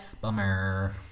Bummer